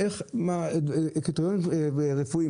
קריטריונים רפואיים,